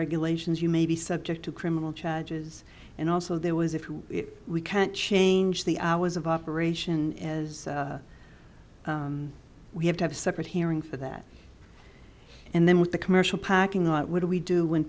regulations you may be subject to criminal charges and also there was if we can't change the hours of operation as we have to have a separate hearing for that and then with the commercial parking lot what do we do when